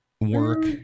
work